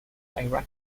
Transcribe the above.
iraqi